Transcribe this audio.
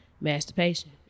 masturbation